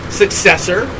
successor